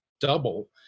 double